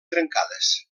trencades